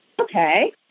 Okay